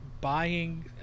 buying